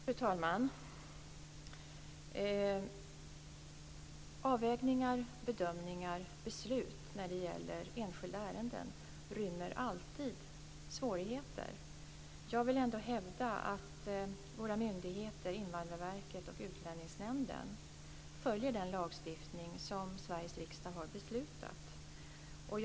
Fru talman! Avvägningar, bedömningar och beslut när det gäller enskilda ärenden rymmer alltid svårigheter. Jag vill ändå hävda att våra myndigheter - Invandrarverket och Utlänningsnämnden - följer den lagstiftning som Sveriges riksdag har beslutat.